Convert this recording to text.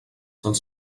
dels